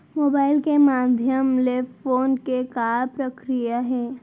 Mobile के माधयम ले लोन के का प्रक्रिया हे?